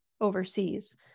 overseas